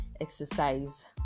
exercise